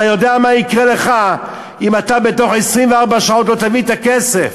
אתה יודע מה יקרה לך אם אתה בתוך 24 שעות לא תביא את הכסף.